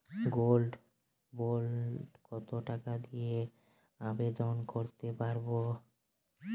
Gold bond কত টাকা দিয়ে আবেদন করতে পারবো?